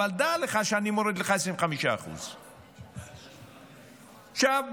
אבל דע לך שאני מוריד לך 25%. עכשיו,